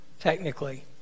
technically